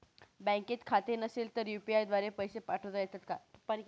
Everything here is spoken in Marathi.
बँकेत खाते नसेल तर यू.पी.आय द्वारे पैसे पाठवता येतात का?